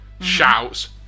Shouts